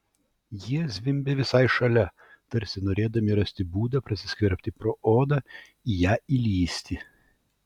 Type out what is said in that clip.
jie zvimbė visai šalia tarsi norėdami rasti būdą prasiskverbti pro odą į ją įlįsti